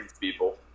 people